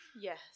Yes